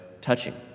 touching